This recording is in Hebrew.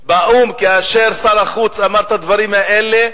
באו"ם, כאשר שר החוץ אמר את הדברים האלה: